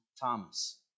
Thomas